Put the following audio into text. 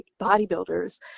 bodybuilders